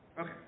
Okay